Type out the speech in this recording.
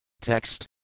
Text